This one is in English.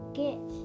get